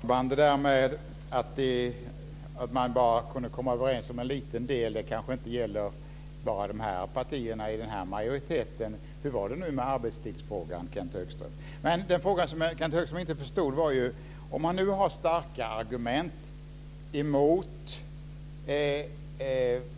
Fru talman! Detta med att bara kunna komma överens om en liten del gäller kanske inte bara partierna i den här majoriteten. Hur var det med arbetstidsfrågan, Kenth Högström? Den fråga som Kenth Högström inte förstod var följande: Om han nu har starka argument emot